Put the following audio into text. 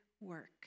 work